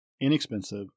inexpensive